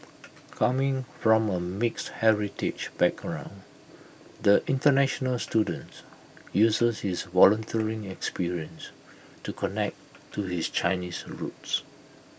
coming from A mixed heritage background the International students uses his volunteering experience to connect to his Chinese roots